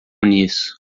nisso